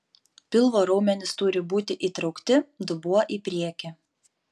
pilvo raumenys turi būti įtraukti dubuo į priekį